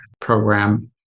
program